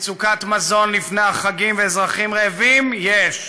מצוקת מזון לפני החגים ואזרחים רעבים, יש,